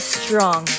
strong